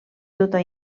tota